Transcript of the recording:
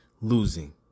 losing